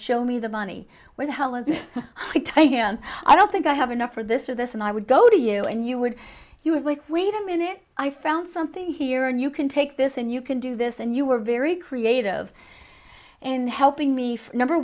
show me the money where the hell is it i don't think i have enough or this or this and i would go to you and you would you would like wait a minute i found something here and you can take this and you can do this and you were very creative in helping me for number